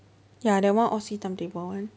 ya that one all see timetable [one]